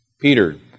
Peter